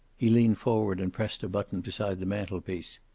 he leaned forward and pressed a button beside the mantel-piece.